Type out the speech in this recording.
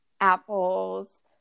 apples